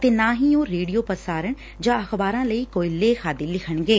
ਅਤੇ ਨਾ ਹੀ ਉਹ ਰੇਡੀਓ ਪ੍ਰਸਾਰਣ ਜਾਂ ਅਖ਼ਬਾਰਾਂ ਲਈ ਕੋਈ ਲੇਖ ਆਈ ਲਿਖਣਗੇ